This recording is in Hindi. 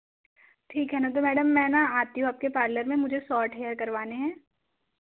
ठीक है ना तो मैडम मैं ना आती हूँ आपके पार्लर में मुझे सौर्ट हेयर करवाने हैं